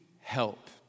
help